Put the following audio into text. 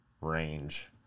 range